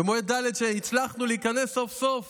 במועד ד', כשהצלחנו להיכנס סוף-סוף